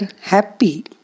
happy